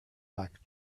back